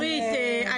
אורית,